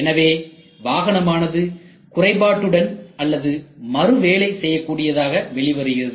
எனவே வாகனமானது குறைபாடுடன் அல்லது மறுவேலை செய்யக்கூடியதாக வெளிவருகிறது